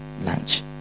lunch